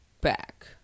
back